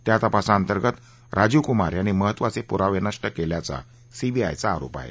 त्या तपासाअंतर्गत राजीव कुमार यांनी महत्त्वाचे पुरावे नष्ट केल्याचा सीबीआयचा आरोप आहे